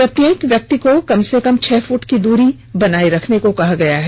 प्रत्येक व्यक्ति को कम से कम छह फूट की दूरी बनाये रखने को कहा गया है